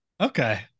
okay